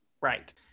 Right